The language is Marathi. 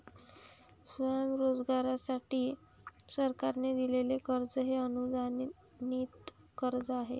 स्वयंरोजगारासाठी सरकारने दिलेले कर्ज हे अनुदानित कर्ज आहे